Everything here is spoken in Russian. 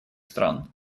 стран